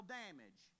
damage